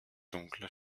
dunkler